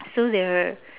so there